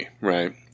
right